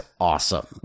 awesome